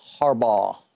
Harbaugh